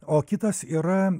o kitas yra